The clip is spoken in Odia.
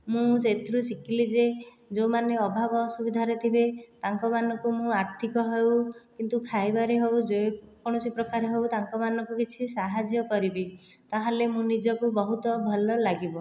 ମୁଁ ସେଥିରୁ ଶିଖିଲି ଯେ ଯେଉଁମାନେ ଅଭାବ ଅସୁବିଧାରେ ଥିବେ ତାଙ୍କ ମାନଙ୍କୁ ମୁଁ ଆର୍ଥିକ ହେଉ କିନ୍ତୁ ଖାଇବାରେ ହେଉ ଯେ କୌଣସି ପ୍ରକାର ହେଉ ତାଙ୍କ ମାନଙ୍କୁ କିଛି ସାହାଯ୍ୟ କରିବି ତାହେଲେ ମୁଁ ନିଜକୁ ବହୁତ ଭଲ ଲାଗିବ